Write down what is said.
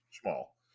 small